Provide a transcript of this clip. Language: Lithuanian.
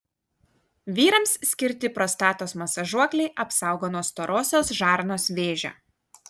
vyrams skirti prostatos masažuokliai apsaugo nuo storosios žarnos vėžio